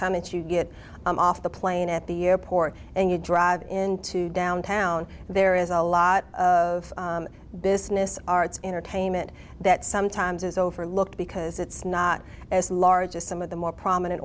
time it's you get off the plane at the airport and you drive into downtown and there is a lot of business arts entertainment that sometimes is overlooked because it's not as large as some of the more prominent